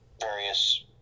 various